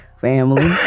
Family